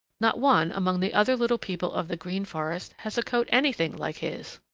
not one among the other little people of the green forest has a coat anything like his.